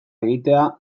egitea